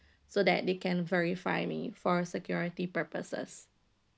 so that they can verify me for security purposes